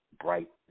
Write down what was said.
bright